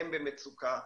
הם במצוקה,